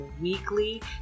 weekly